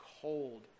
cold